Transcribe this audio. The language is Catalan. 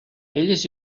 elles